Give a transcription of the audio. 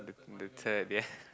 the the thread ya